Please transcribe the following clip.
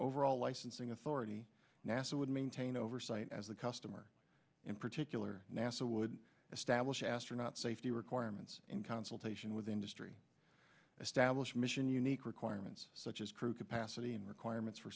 overall licensing authority nasa would maintain oversight as a customer in particular nasa would establish astronaut safety requirements in consultation with industry and stablish mission unique requirements such as crew capacity and requirements for